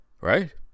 right